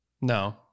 No